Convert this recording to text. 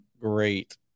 Great